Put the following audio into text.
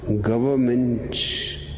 government